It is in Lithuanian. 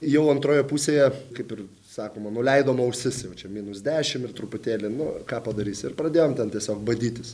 jau antroje pusėje kaip ir sakoma nuleidom ausis jau čia minus dešimt ir truputėlį nu ką padarysi ir pradėjom ten tiesiog badytis